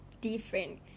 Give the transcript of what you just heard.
different